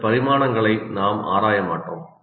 இந்த பரிமாணங்களை நாம் ஆராய மாட்டோம்